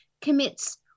commits